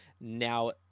now